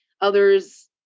Others